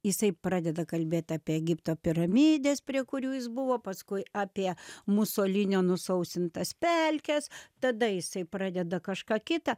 jisai pradeda kalbėt apie egipto piramides prie kurių jis buvo paskui apie musolinio nusausintas pelkes tada jisai pradeda kažką kitą